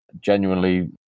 genuinely